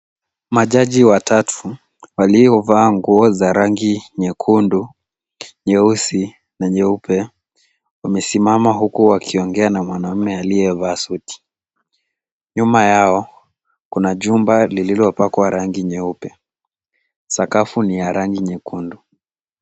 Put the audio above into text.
Majaji watatu waliovaa nguo za rangi nyekundu, nyeusi na nyeupe wamesimama huku wakiongea na mwanamme aliyevaa suti. Nyuma yao kuna jumba lililopakwa rangi nyeupe. Sakafu ni ya rangi nyekundu.